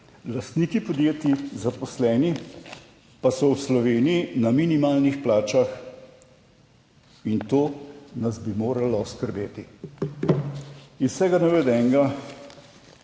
Lastniki podjetij, zaposleni pa so v Sloveniji na minimalnih plačah in to nas bi moralo skrbeti. Iz vsega navedenega,